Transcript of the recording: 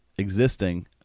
Existing